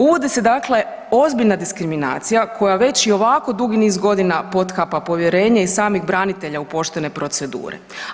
Uvodi se dakle ozbiljna diskriminacija koja već i ovako dugi niz godina potkapa povjerenje i samih branitelja u poštenoj proceduri.